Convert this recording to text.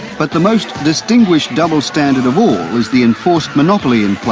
but the most distinguished double standard of all is the enforced monopoly in place.